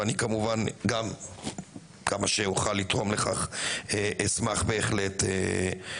ואני כמובן גם אשמח לתרום לכך ככל יכולתי.